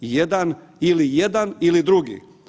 Jedan, ili jedan ili drugi.